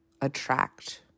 attract